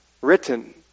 written